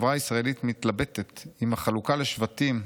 החברה הישראלית מתלבטת אם החלוקה לשבטים,